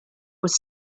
was